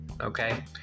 okay